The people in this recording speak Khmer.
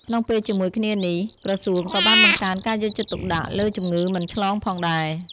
ក្នុងពេលជាមួយគ្នានេះ ក្រសួងក៏បានបង្កើនការយកចិត្តទុកដាក់លើជំងឺមិនឆ្លងផងដែរ។